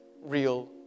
real